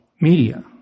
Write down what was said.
media